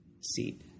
seat